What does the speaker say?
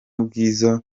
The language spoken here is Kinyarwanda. bwiza